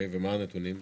ומה הנתונים?